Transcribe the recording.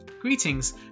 Greetings